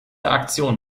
aktion